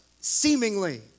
seemingly